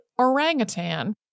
orangutan